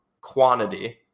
quantity